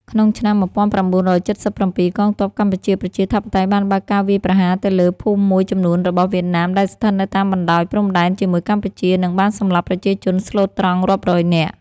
ក្នុងឆ្នាំ១៩៧៧ កងទ័ពកម្ពុជាប្រជាធិបតេយ្យបានបើកការវាយប្រហារទៅលើភូមិមួយចំនួនរបស់ វៀតណាមដែលស្ថិតនៅតាមបណ្តោយព្រំដែនជាមួយកម្ពុជា និងបានសម្លាប់ប្រជាជនស្លូតត្រន់រាប់រយនាក់។